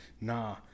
Nah